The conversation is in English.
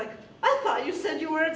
like you said you were